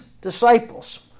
disciples